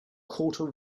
quarter